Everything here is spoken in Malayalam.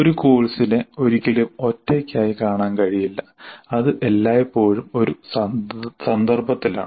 ഒരു കോഴ്സിനെ ഒരിക്കലും ഒറ്റക്കായി കാണാൻ കഴിയില്ല അത് എല്ലായ്പ്പോഴും ഒരു സന്ദർഭത്തിലാണ്